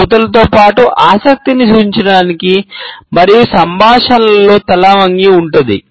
శ్రోతలతో పాటు ఆసక్తిని సూచించడానికి మరియు సంభాషణలో తల వంగి ఉంటుంది